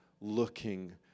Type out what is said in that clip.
looking